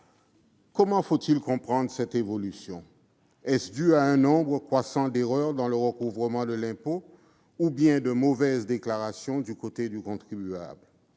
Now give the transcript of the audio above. Comment comprendre cette évolution ? Est-elle due à un nombre croissant d'erreurs dans le recouvrement de l'impôt ou bien à de mauvaises déclarations par les contribuables ?